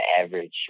average